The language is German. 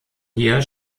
hier